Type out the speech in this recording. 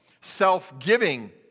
self-giving